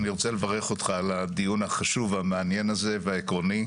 אני רוצה לברך אותך על הדיון החשוב והמעניין הזה והעקרוני.